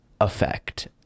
effect